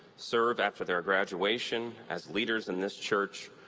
serve after their graduation as leaders in this church,